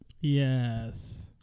Yes